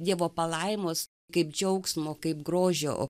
dievo palaimos kaip džiaugsmo kaip grožio